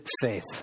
faith